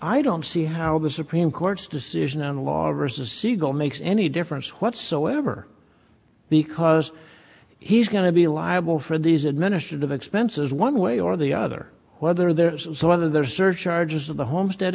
i don't see how the supreme court's decision on the law as a seagull makes any difference whatsoever because he's going to be liable for these administrative expenses one way or the other whether there's some other there's surcharges of the homestead